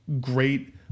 Great